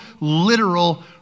literal